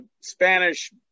Spanish